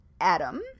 Adam